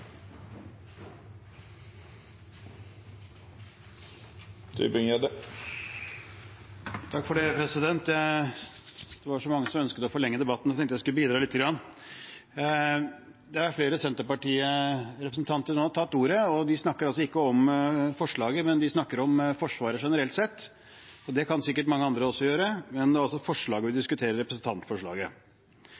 Det var så mange som ønsket å forlenge debatten, så jeg tenkte jeg skulle bidra lite grann. Det er flere Senterparti-representanter som har tatt ordet, og de snakker ikke om forslaget, de snakker om Forsvaret generelt sett. Det kan sikkert mange andre også gjøre, men det er altså representantforslaget vi